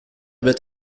wird